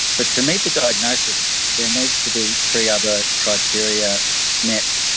but to meet the diagnosis there needs to be three other criteria met.